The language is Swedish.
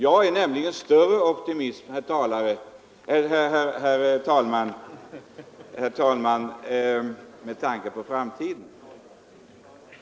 Jag är större optimist, herr talman, med tanke på framtiden.